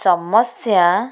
ସମସ୍ୟା